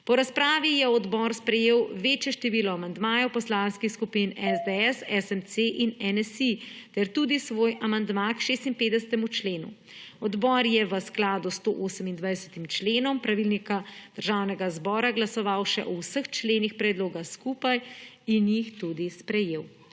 Po razpravi je odbor sprejel večje število amandmajev poslanskih skupin SDS, SMC in NSi ter tudi svoj amandma k 56. členu. Odbor je v skladu s 128. členom Poslovnika Državnega zbora glasoval še o vseh členih predloga zakona skupaj in jih tudi sprejel.